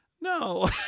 no